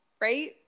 right